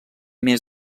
mes